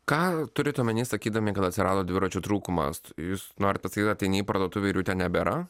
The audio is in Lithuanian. ką turit omenyje sakydami gal atsirado dviračių trūkumas jūs norit pasakyt ateini į parduotuvę ir jų ten nebėra